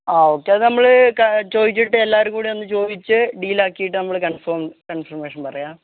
ആ ഓക്കെ അത് നമ്മള് ചോദിച്ചിട്ട് എല്ലാവരും കൂടെ ഒന്ന് ചോദിച്ച് ഡീലാക്കിയിട്ട് നമ്മള് കൺഫോം കൺഫർമേഷൻ പറയാം